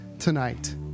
tonight